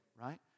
right